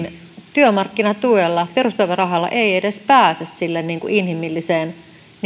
työmarkkinatuella peruspäivärahalla ei edes pääse sille inhimillisen